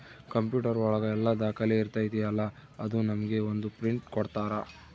computer ಒಳಗ ಎಲ್ಲ ದಾಖಲೆ ಇರ್ತೈತಿ ಅಲಾ ಅದು ನಮ್ಗೆ ಒಂದ್ ಪ್ರಿಂಟ್ ಕೊಡ್ತಾರ